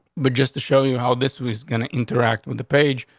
but just to show you how this was gonna interact with the page,